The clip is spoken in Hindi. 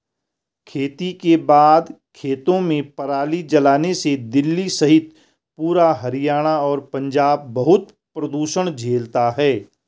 खेती के बाद खेतों में पराली जलाने से दिल्ली सहित पूरा हरियाणा और पंजाब बहुत प्रदूषण झेलता है